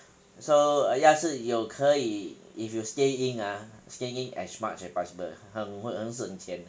so 要是你有可以 if you stay in ah stay in as much as possible 很会很省钱